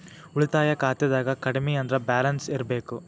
ಉಳಿತಾಯ ಖಾತೆದಾಗ ಕಡಮಿ ಅಂದ್ರ ಬ್ಯಾಲೆನ್ಸ್ ಇರ್ಬೆಕ್